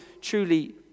truly